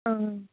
आं